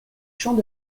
champs